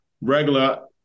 regular